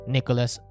Nicholas